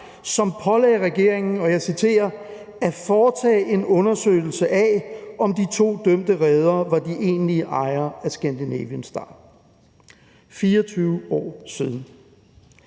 og jeg citerer, »at foretage en undersøgelse af, om de to dømte reddere var de egentlige ejere af Scandinavian Star.« Det er 24 år siden.